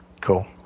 cool